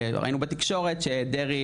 ראינו בתקשורת שדרעי,